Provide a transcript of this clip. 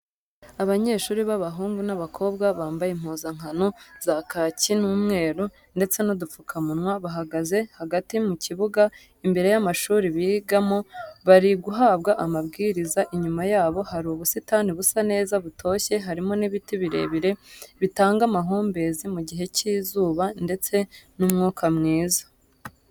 Abanyeshuri b'abahungu n'abakobwa bambaye impuzankano za kaki n'umweru ndetse n'udupfukamunwa, bahagaze hagati mu kibuga imbere y'amashuri bigamo bariguhabwa amabwiriza, inyuma yabo hari ubusitani busa neza butoshye harimo n'ibiti birebire bitanga amahumbezi mu gihe cy'izuba ndetse n'umwuka mwiza.